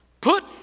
Put